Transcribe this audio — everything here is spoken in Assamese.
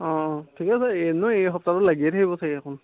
অঁ ঠিকেই আছে এনেও এই সসপ্তাহটো লাগিয়ে থাকিব চাগে এইখন